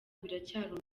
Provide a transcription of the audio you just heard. biracyari